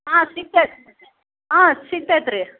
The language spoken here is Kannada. ಹಾಂ ಸಿಕ್ತೈತೆ ಹಾಂ ಸಿಕ್ತೈತೆ ರೀ